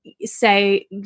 say